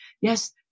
Yes